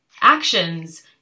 actions